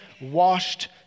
washed